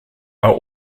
are